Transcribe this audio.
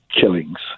killings